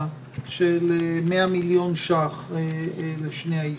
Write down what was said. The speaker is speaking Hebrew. של מאה מיליון שקלים לשני האישים.